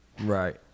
Right